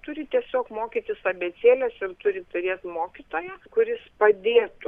turi tiesiog mokytis abėcėlės ir turi turėt mokytoją kuris padėtų